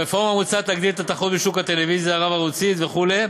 הרפורמה המוצעת תגדיל את התחרות בשוק הטלוויזיה הרב-ערוצית וכו'.